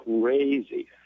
crazy